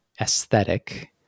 aesthetic